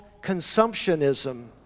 consumptionism